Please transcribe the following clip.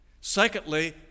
Secondly